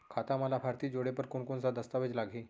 खाता म लाभार्थी जोड़े बर कोन कोन स दस्तावेज लागही?